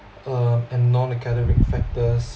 uh and non-academic factors